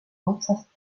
otsast